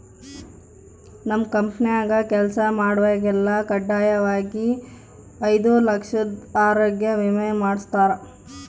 ನಮ್ ಕಂಪೆನ್ಯಾಗ ಕೆಲ್ಸ ಮಾಡ್ವಾಗೆಲ್ಲ ಖಡ್ಡಾಯಾಗಿ ಐದು ಲಕ್ಷುದ್ ಆರೋಗ್ಯ ವಿಮೆ ಮಾಡುಸ್ತಾರ